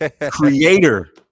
Creator